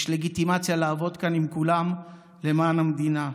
יש לגיטימציה לעבוד כאן עם כולם למען המדינה.